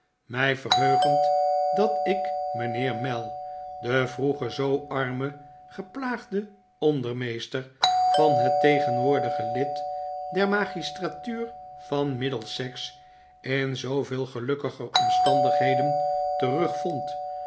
mij verheugend dat ik mijnheer mell den vroeger zoo armen geplaagden bndermeester van het tegenwoordige lid der magistratuur van middlesex in zooveel gelukkiger omstandigheden terugvond